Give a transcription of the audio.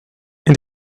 and